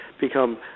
become